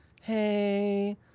hey